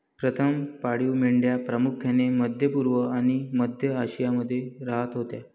प्रथम पाळीव मेंढ्या प्रामुख्याने मध्य पूर्व आणि मध्य आशियामध्ये राहत होत्या